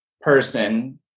person